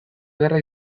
ederra